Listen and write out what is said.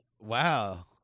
Wow